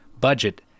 Budget